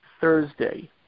Thursday